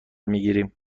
میگیریم